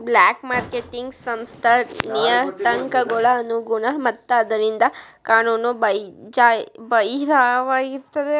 black marketing ಸಂಸ್ಥಾದ್ ನಿಯತಾಂಕಗಳ ಅನುಗುಣ ಮತ್ತ ಆದ್ದರಿಂದ ಕಾನೂನು ಬಾಹಿರವಾಗಿರ್ತದ